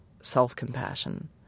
self-compassion